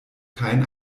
kein